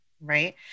Right